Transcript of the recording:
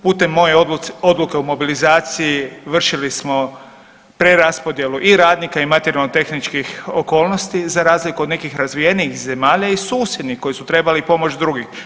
Putem moje odluke o mobilizaciji vršili smo preraspodjelu i radnika i materijalno tehničkih okolnosti za razliku od nekih razvijenijih zemalja i susjednih koje su trebali pomoć drugih.